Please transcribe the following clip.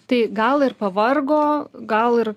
tai gal ir pavargo gal ir